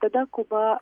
tada kuba